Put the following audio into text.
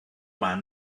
man